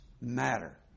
matter